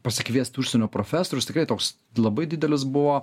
pasikviest užsienio profesorius tikrai toks labai didelis buvo